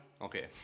Okay